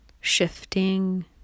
shifting